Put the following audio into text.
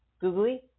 Googly